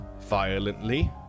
violently